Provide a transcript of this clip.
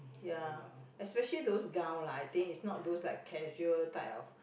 ya especially those gown lah I think is not those like casual type of